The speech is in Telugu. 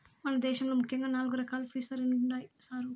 మన దేశంలో ముఖ్యంగా నాలుగు రకాలు ఫిసరీలుండాయి సారు